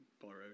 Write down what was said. borrowed